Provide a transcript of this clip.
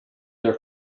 their